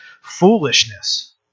foolishness